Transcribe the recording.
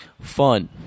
fun